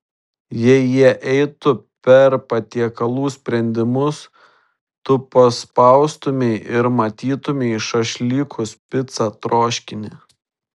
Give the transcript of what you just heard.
jei jie eitų per patiekalų sprendimus tu paspaustumei ir matytumei šašlykus picą troškinį